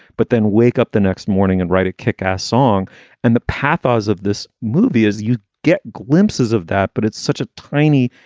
but then wake up the next morning and write a kick ass song and the path ah of this movie as you get glimpses of that. but it's such a tiny,